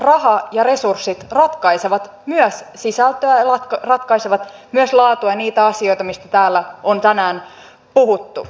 raha ja resurssit ratkaisevat ne ratkaisevat myös sisältöä laatua ja niitä asioita mistä täällä on tänään puhuttu